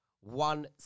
one